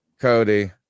Cody